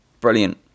brilliant